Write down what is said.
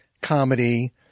comedy